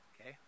Okay